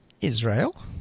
Israel